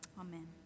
Amen